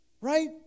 Right